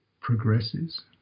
progresses